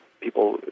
people